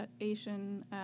Asian